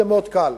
זה מאוד קל.